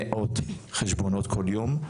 מאות חשבונות כל יום,